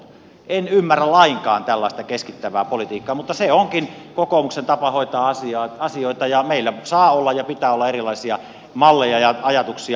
en ymmärrä lainkaan tällaista keskittävää politiikkaa mutta se onkin kokoomuksen tapa hoitaa asioita ja meillä saa olla ja pitää olla erilaisia malleja ja ajatuksia